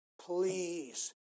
please